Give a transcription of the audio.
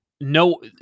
no